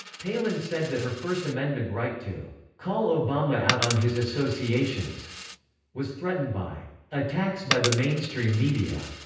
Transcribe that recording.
palin said that her first amendment right to call obama out on his associations was threatened by attacks by the mainstream media.